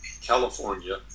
California